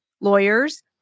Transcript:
lawyers